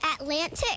Atlantic